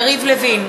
יריב לוין,